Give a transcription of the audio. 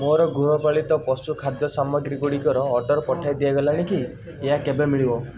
ମୋର ଗୃହପାଳିତ ପଶୁ ଖାଦ୍ୟ ସାମଗ୍ରୀ ଗୁଡ଼ିକର ଅର୍ଡ଼ର୍ ପଠାଇ ଦିଆଗଲାଣି କି ଏହା କେବେ ମିଳିବ